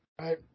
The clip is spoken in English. right